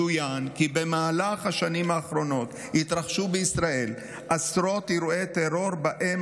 צוין כי במהלך השנים האחרונות התרחשו בישראל עשרות אירועי טרור שבהם